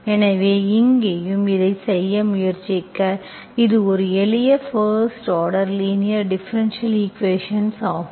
எனவே இங்கேயும் இதைச் செய்ய முயற்சிக்கஎனவே இது ஒரு எளிய first order linear differential equations ஆகும்